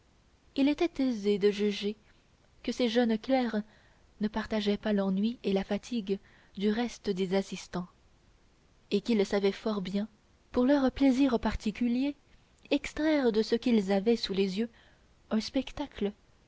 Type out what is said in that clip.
il était aisé de juger que ces jeunes clercs ne partageaient pas l'ennui et la fatigue du reste des assistants et qu'ils savaient fort bien pour leur plaisir particulier extraire de ce qu'ils avaient sous les yeux un spectacle